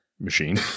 machine